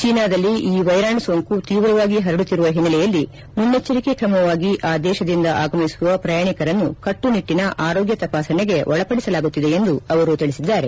ಚೀನಾದಲ್ಲಿ ಈ ವೈರಾಣು ಸೋಂಕು ತೀವ್ರವಾಗಿ ಪರಡುತ್ತಿರುವ ಹಿನ್ನೆಲೆಯಲ್ಲಿ ಮುನ್ನೆಚ್ಚರಿಕೆ ಕ್ರಮವಾಗಿ ಆ ದೇಶದಿಂದ ಆಗಮಿಸುವ ಪ್ರಯಾಣಿಕರನ್ನು ಕಟ್ಟುನಿಟ್ಟಿನ ಆರೋಗ್ಯ ತಪಾಸಣೆಗೆ ಒಳಪಡಿಸಲಾಗುತ್ತಿದೆ ಎಂದು ಅವರು ತಿಳಿಸಿದ್ದಾರೆ